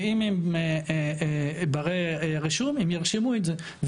ואם הם ברי רישום הם ירשמו את זה,